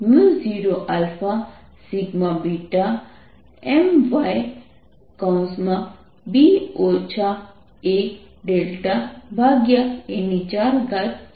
kC 0Mb aa4 છે